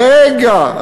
רגע.